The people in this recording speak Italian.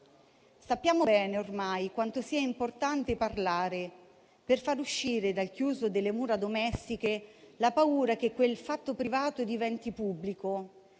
Sappiamo bene ormai quanto sia importante parlare per far uscire dal chiuso delle mura domestiche la paura che quel fatto privato diventi pubblico